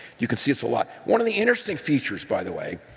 you can see it's a lot. one of the interesting features, by the way,